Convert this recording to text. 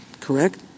correct